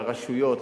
לרשויות,